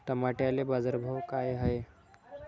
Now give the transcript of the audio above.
टमाट्याले बाजारभाव काय हाय?